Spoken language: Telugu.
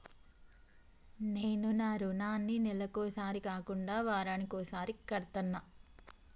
నేను నా రుణాన్ని నెలకొకసారి కాకుండా వారానికోసారి కడ్తన్నా